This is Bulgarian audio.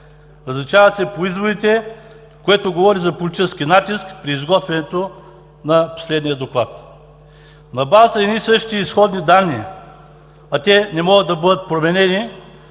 Различават се по изводите, което говори за политически натиск при изготвянето на последния Доклад. На базата на едни и същи изходни данни, а те не могат да бъдат променени,